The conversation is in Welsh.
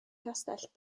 castell